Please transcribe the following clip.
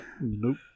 Nope